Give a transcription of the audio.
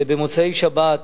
במוצאי-שבת,